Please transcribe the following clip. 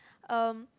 um